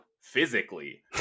physically